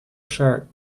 shirt